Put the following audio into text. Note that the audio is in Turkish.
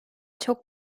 çok